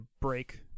break